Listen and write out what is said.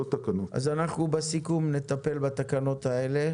בסיכום נטפל בתקנות האלה.